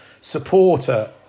supporter